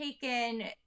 taken